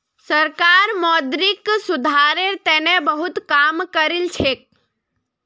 सरकार मौद्रिक सुधारेर तने बहुत काम करिलछेक